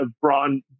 Braun